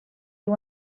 you